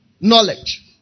knowledge